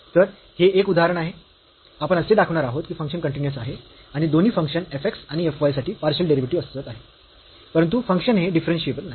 तर हे एक उदाहरण आहे आपण असे दाखविणार आहोत की फंक्शन कन्टीन्यूअस आहे आणि दोन्ही फंक्शन्स f x आणि f y साठी पार्शियल डेरिव्हेटिव्ह अस्तित्वात आहे परंतु फंक्शन हे डिफरन्शियेबल नाही